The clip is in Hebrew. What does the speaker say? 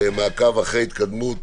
מעקב אחר התקדמות